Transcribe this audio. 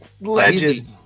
Legend